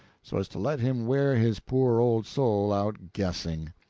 so as to let him wear his poor old soul out guessing.